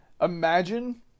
imagine